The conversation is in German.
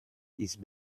ist